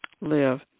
live